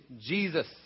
Jesus